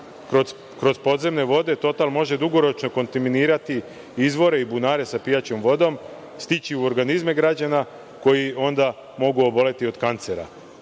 Kroz podzemne vode total može dugoročno kontaminirati izvore i bunare sa pijaćom vodom, stići u organizme građana, koji onda mogu oboleti od kancera.